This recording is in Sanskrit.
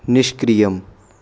निष्क्रियम्